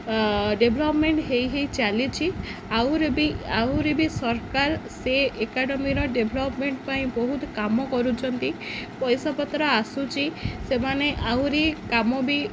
development ହୋଇ ହୋଇ ଚାଲିଛିି ଆହୁରି ବି ଆହୁରି ବି ସରକାର ସେ ଏକାଡ଼େମିର ଡେଭ୍ଲପ୍ମେଣ୍ଟ୍ ପାଇଁ ବହୁତ୍ କାମ କରୁଛନ୍ତି ପଇସା ପତ୍ର ଆସୁଛି ସେମାନେ ଆହୁରି କାମ ବି